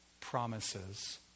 promises